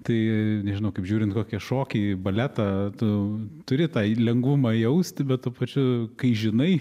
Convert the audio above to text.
tai nežinau kaip žiūrint kokį šokį baletą tu turi tą lengvumą jausti bet tuo pačiu kai žinai